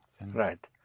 Right